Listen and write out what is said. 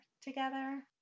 together